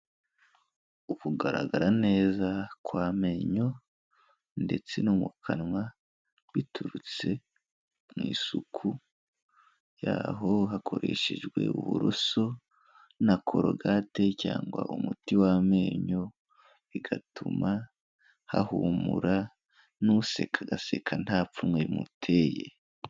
Ukugaragara neza kw'amenyo ndetse no mu kanwa, biturutse mu isuku yaho hakoreshejwe uburoso na korogate cyangwa umuti w'amenyo, bigatuma hahumura n'useka agaseka nta pfunwe bimuteye.